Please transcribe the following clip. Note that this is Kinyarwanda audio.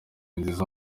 nziza